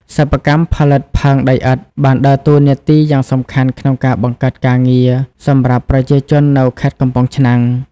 សិប្បកម្មផលិតផើងដីឥដ្ឋ បានដើរតួនាទីយ៉ាងសំខាន់ក្នុងការបង្កើតការងារ សម្រាប់ប្រជាជននៅខេត្តកំពង់ឆ្នាំង។